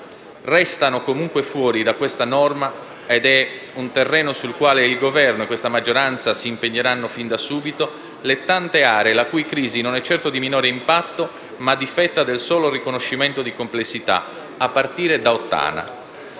Restano comunque fuori da questa norma - ed è un terreno sul quale il Governo e questa maggioranza si impegneranno fin da subito - le tante aree la cui crisi non è certo di minore impatto, ma difetta del solo riconoscimento di complessità, a partire da Ottana.